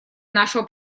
нашего